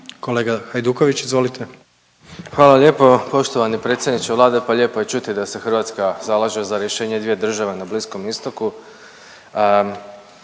Domagoj (Socijaldemokrati)** Hvala lijepo. Poštovani predsjedniče Vlade pa lijepo je čuti da se Hrvatska zalaže za rješenje dvije države na Bliskom istoku.